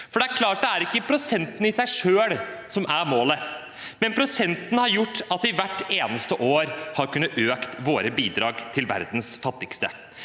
Det er klart at det ikke er prosenten i seg selv som er målet, men prosenten har gjort at vi hvert eneste år har kunnet øke våre bidrag til verdens fattigste.